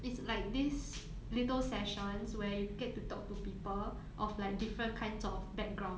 it's like this little sessions where you get to talk to people of like different kinds of background